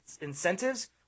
incentives